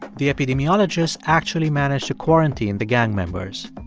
the epidemiologists actually managed to quarantine the gang members.